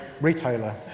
retailer